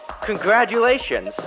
Congratulations